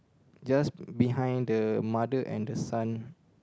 just behind the mother and the son